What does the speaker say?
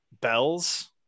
bells